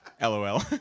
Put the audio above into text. LOL